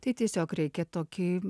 tai tiesiog reikia tokį